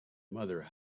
mother